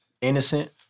Innocent